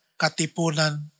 katipunan